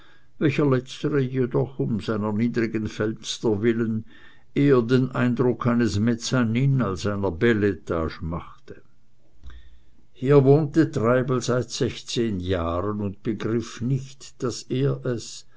welcher letztere jedoch um seiner niedrigen fenster willen eher den eindruck eines mezzanin als einer beletage machte hier wohnte treibel seit sechzehn jahren und begriff nicht daß er es